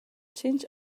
tschinch